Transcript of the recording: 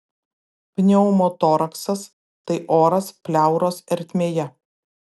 pneumotoraksas tai oras pleuros ertmėje